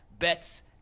bets